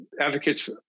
Advocates